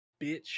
bitch